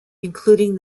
including